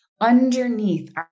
underneath